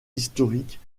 historiques